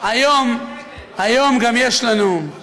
היום יש לנו גם, אורן,